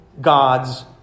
God's